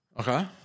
Okay